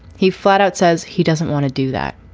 he flat out says he doesn't want to do that.